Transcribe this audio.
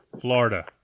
Florida